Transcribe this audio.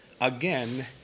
again